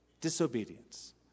disobedience